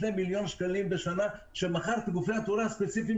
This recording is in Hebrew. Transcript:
מיליון שקלים בשנה ושהוא מכר את גופי התאורה הספציפיים